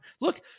look